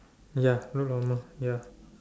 ya look normal ya